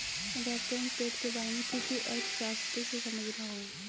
reference rate के बारे में किसी अर्थशास्त्री से समझना होगा